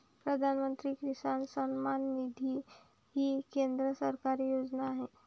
प्रधानमंत्री किसान सन्मान निधी ही केंद्र सरकारची योजना आहे